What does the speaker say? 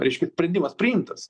reiškia sprendimas priimtas